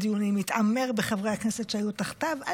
התעמר בחברי הכנסת שהיו תחתיו כשהוא ניהל דיונים.